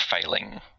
failing